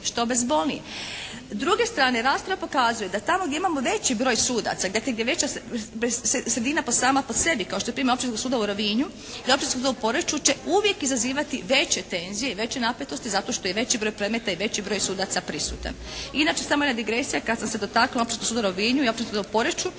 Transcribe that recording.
što bezbolniji. S druge strane rasprava pokazuje da tamo gdje imamo veći broj sudaca, dakle gdje je veća sredina sama po sebi kao što je primjer Općinskog suda u Rovinju … /Govornica se ne razumije./ … Općinskog suda u Poreču će uvijek izazivati veće tenzije i veće napetosti zato što je i veći broj predmeta i veći broj sudaca prisutan. Inače samo jedna digresija, kad sam se dotakla Općinskog suda u Rovinju i Općinskog suda u Poreču samo